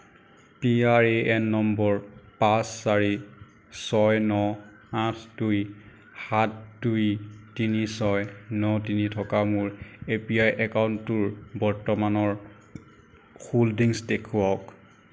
P R A N number পাঁচ চাৰি ছয় ন আঠ দুই সাত দুই তিনি ছয় ন তিনি থকা মোৰ এ পি ৱাই একাউণ্টটোৰ বৰ্তমানৰ হ'ল্ডিংছ দেখুৱাওক